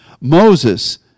Moses